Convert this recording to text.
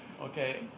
Okay